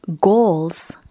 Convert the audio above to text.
goals